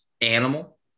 animal